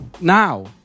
now